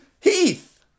Heath